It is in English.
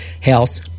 health